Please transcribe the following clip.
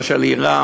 או של איראן,